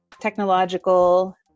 technological